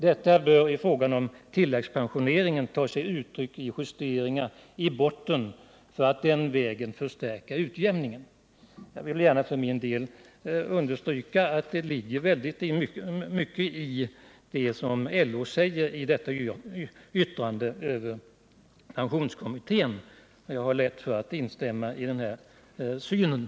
Detta bör i fråga om tilläggspensioneringen ta sig uttryck i justeringar i botten för att den vägen förstärka utjämningen.” Jag vill gärna för min del understryka att det ligger väldigt mycket i det som LO säger i detta yttrande över pensionskommitténs betänkande. Jag har lätt att instämma i detta synsätt.